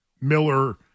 Miller